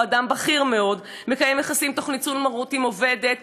שבו אדם בכיר מאוד מקיים יחסים תוך ניצול מרות עם עובדת